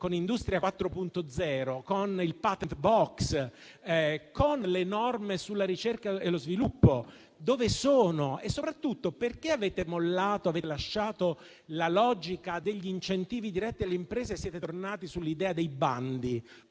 con Industria 4.0, con il *patent box* e con le norme sulla ricerca e lo sviluppo. Dove sono? E soprattutto, perché avete mollato e lasciato la logica degli incentivi diretti alle imprese e siete tornati sull'idea dei bandi,